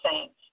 saints